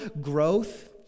growth